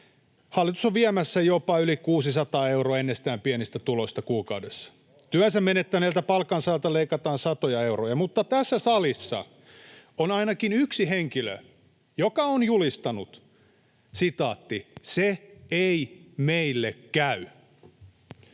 hallitus on viemässä jopa yli 600 euroa kuukaudessa — jo ennestään pienistä tuloista. Työnsä menettäneeltä palkansaajalta leikataan satoja euroja. Mutta tässä salissa on ainakin yksi henkilö, joka on julistanut: ”Se ei meille käy.”